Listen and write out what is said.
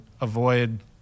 avoid